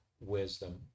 wisdom